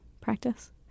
practice